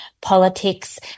politics